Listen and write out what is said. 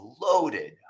loaded